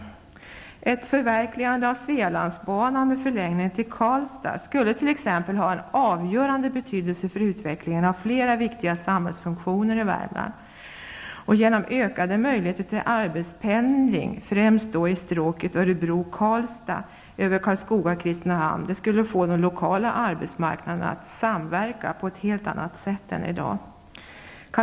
Ett förverkligande av Svealandsbanan med förlängning till Karlstad skulle t.ex. ha avgörande betydelse för utvecklingen av flera viktiga samhällsfunktioner i Värmland. Ökade möjligheter till arbetspendling främst i stråket Örebro-- Karlstad över Karlskoga--Kristinehamn skulle få de lokala arbetsmarknaderna att samverka på ett helt annat sätt än i dag.